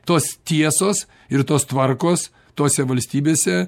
tos tiesos ir tos tvarkos tose valstybėse